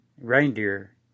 Reindeer